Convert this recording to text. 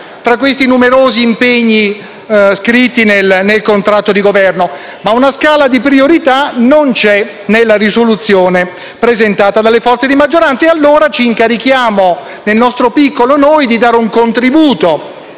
tra questi numerosi impegni scritti nel contratto di Governo. Ma una scala di priorità non c'è nella proposta di risoluzione presentata dalle forze di maggioranza. Ci incarichiamo allora noi, nel nostro piccolo, di dare un contributo